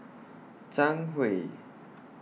Zhang Hui